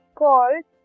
called